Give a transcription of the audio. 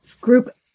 group